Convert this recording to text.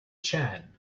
chan